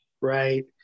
right